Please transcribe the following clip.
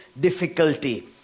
difficulty